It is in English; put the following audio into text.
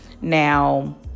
now